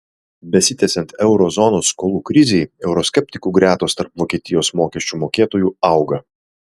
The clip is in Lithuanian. besitęsiant euro zonos skolų krizei euroskeptikų gretos tarp vokietijos mokesčių mokėtojų auga